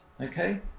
okay